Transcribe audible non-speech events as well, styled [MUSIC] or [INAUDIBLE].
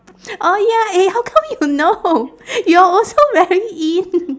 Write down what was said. oh ya eh how come you know you are also very in [LAUGHS]